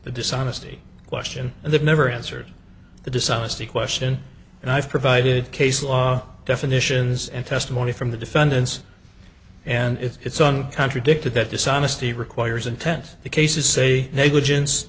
the dishonesty question and they never answered the dishonesty question and i've provided case law definitions and testimony from the defendants and it's on contradicted that dishonesty requires intent the cases say negligence